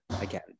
again